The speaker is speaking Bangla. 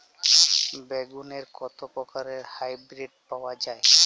বেগুনের কত প্রকারের হাইব্রীড পাওয়া যায়?